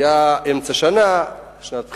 אמצע שנה, שנת בחירות,